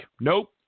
nope